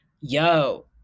yo